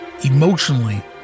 emotionally